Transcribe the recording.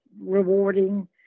rewarding